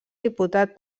diputat